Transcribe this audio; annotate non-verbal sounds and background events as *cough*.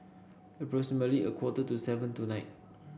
*unintelligible* a quarter to seven tonight